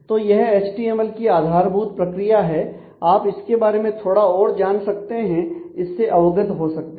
तो यह एचटीएमएल की आधारभूत प्रक्रिया है आप इसके बारे में थोड़ा और जान सकते हैं इससे अवगत हो सकते हैं